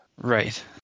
Right